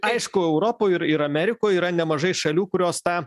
aišku europoj ir ir amerikoj yra nemažai šalių kurios tą